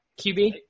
QB